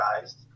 guys